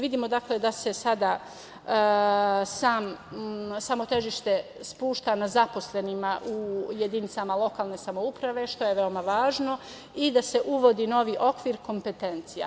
Vidimo, dakle, da se sada samo težište spušta na zaposlenima u jedinicama lokalne samouprave, što je veoma važno, i da se uvodi novi okvir kompetencija.